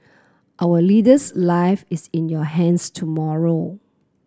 our leader's life is in your hands tomorrow